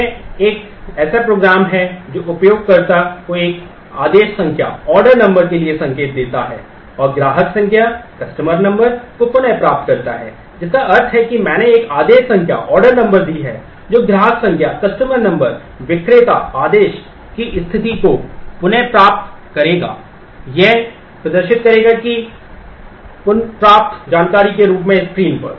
यह एक ऐसा program है जो उपयोगकर्ता को एक आदेश संख्या विक्रेता आदेश की स्थिति को पुनः प्राप्त करेगा और यह प्रदर्शित करेगा कि पुनर्प्राप्त जानकारी के रूप में स्क्रीन पर